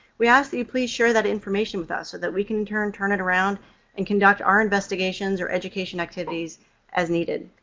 we ask that you please share that information with us so that we can turn turn it around and conduct our investigations or education activities as needed.